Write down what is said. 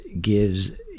gives